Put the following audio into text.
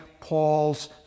Paul's